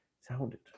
Sounded